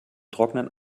trocknen